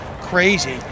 crazy